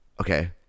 okay